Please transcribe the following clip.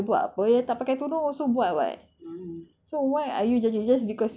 ya lah but it's not perempuan pakai tudung jer buat apa yang tak pakai tudung also buat [what]